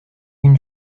une